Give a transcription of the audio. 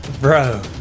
Bro